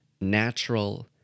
natural